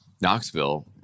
knoxville